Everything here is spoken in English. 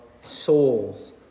souls